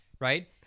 Right